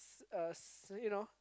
a s~ you know